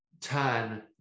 turn